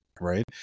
Right